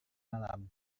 malam